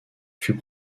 fut